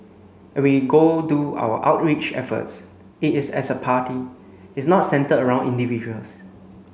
and we go do our outreach efforts it is as a party it's not centred around individuals